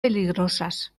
peligrosas